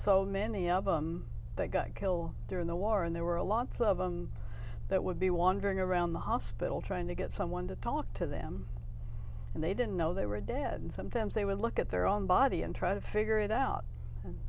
so many of them they got kill during the war and there were a lots of them that would be wandering around the hospital trying to get someone to talk to them and they didn't know they were dead sometimes they would look at their own body and try to figure it out and